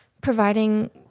providing